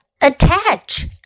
Attach